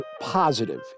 positive